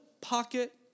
pocket